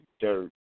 dirt